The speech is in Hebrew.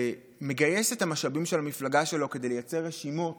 ומגייס את המשאבים של המפלגה שלו כדי לייצר רשימות